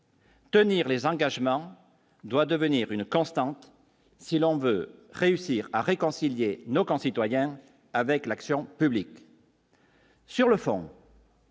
Tenir les engagements doit devenir une constante, si l'on veut réussir à réconcilier nos concitoyens avec l'action publique.